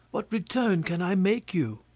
what return can i make you?